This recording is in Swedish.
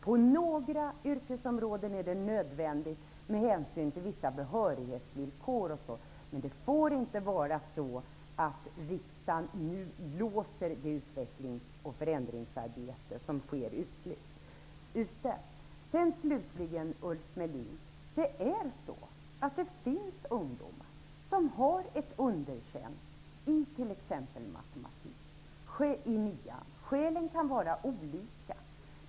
På några yrkesområden är det nödvändigt, med hänsyn till vissa behörighetsvillkor, men riksdagen får inte låsa det utvecklings och förändringsarbete som nu sker. Slutligen är det så, Ulf Melin, att det finns ungdomar som har blivit underkända i t.ex. matematik i årskurs 9. Skälen kan vara olika.